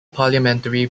parliamentary